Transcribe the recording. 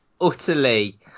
utterly